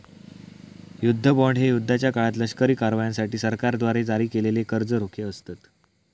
युद्ध बॉण्ड हे युद्धाच्या काळात लष्करी कारवायांसाठी सरकारद्वारे जारी केलेले कर्ज रोखे असतत